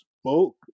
spoke